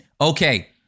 okay